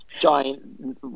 giant